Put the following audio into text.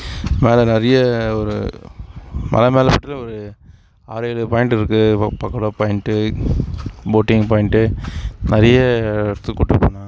மேலே நிறைய ஒரு மலை மேலே கிட்டதட்ட ஒரு ஆறேழு பாயிண்ட் இருக்குது ப பக்கோடா பாயிண்ட்டு போட்டிங் பாயிண்ட்டு நிறைய இடத்துக்கு கூப்பிட்டு போனாங்கள்